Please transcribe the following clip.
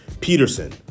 Peterson